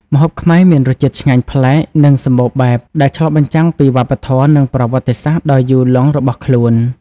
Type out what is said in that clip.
ម្ហូបខ្មែរមានរសជាតិឆ្ងាញ់ប្លែក និងសម្បូរបែប ដែលឆ្លុះបញ្ចាំងពីវប្បធម៌ និងប្រវត្តិសាស្ត្រដ៏យូរលង់របស់ខ្លួន ។